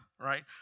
right